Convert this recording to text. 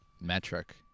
metric